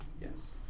Yes